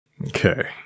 Okay